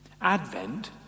Advent